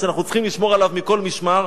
שאנחנו צריכים לשמור עליו מכל משמר,